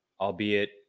albeit